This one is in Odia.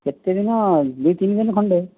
କେତେ ଦିନ ଦୁଇ ତିନି ଦିନ ଖଣ୍ଡେ